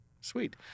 Sweet